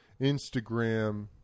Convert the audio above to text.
Instagram